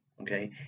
okay